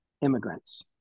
immigrants